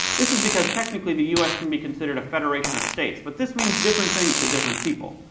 this is because technically the us can be considered a federation of states. but this means different things to different people.